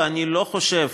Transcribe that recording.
ואני לא חושב,